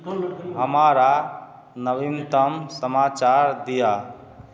हमरा नवीनतम समाचार दिअ